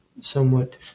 somewhat